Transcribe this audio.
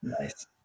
Nice